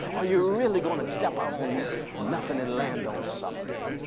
are you really going to step out on nothing and land on something.